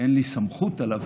אין לי סמכות עליו,